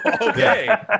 Okay